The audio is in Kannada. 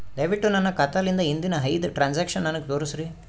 ದಯವಿಟ್ಟು ನನ್ನ ಖಾತಾಲಿಂದ ಹಿಂದಿನ ಐದ ಟ್ರಾಂಜಾಕ್ಷನ್ ನನಗ ತೋರಸ್ರಿ